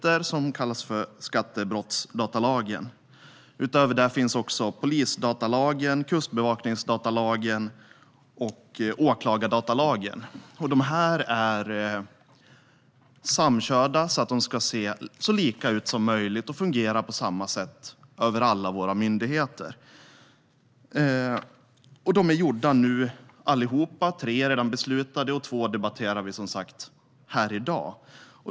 Det är den som kallas för skattebrottsdatalagen. Utöver de här två lagarna finns polisdatalagen, kustbevakningsdatalagen och åklagardatalagen. De här lagarna är samkörda så att de ska se så lika ut som möjligt och fungera på samma sätt över alla våra myndigheter. De är framtagna nu allihop. Tre är redan beslutade, och två debatterar vi som sagt här i dag.